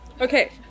Okay